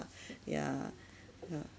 yeah yeah